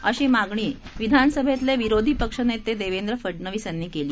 अशी मागणी विधानसभेतले विरोधी पक्षनेते देवेंद्र फडनवीस यांनी केली